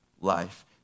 life